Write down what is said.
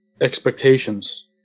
expectations